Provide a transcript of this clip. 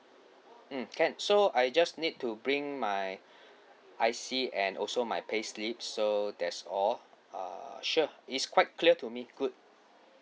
mm can so I just need to bring my I_C and also my payslip so that's all uh sure is quite clear to me good